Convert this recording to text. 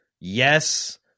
yes